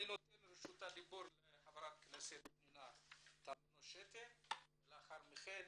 אני נותן את רשות הדיבור לחברת הכנסת פנינה תמנו שטה ולאחר מכן